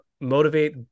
motivate